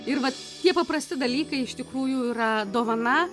ir vat tie paprasti dalykai iš tikrųjų yra dovana